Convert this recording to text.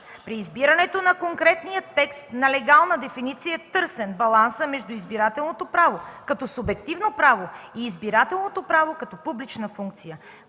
При избирането на конкретния текст на легална дефиниция е търсен балансът между избирателното право като субективно право и избирателното право като публична функция,